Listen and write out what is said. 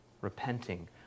repenting